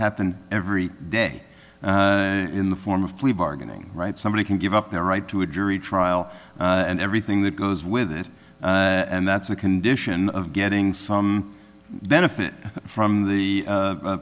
happen every day in the form of plea bargaining rights somebody can give up their right to a jury trial and everything that goes with it and that's a condition of getting some benefit from the